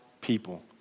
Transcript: People